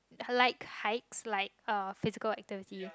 like hikes like uh physical activity